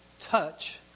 touch